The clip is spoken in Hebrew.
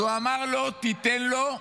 הוא אמר לו: תיתן לו,